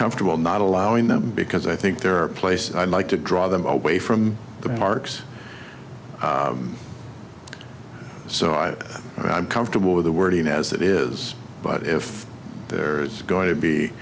comfortable not allowing them because i think there are places i'd like to draw them away from the parks so i am comfortable with the wording as it is but if there is going to be